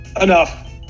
enough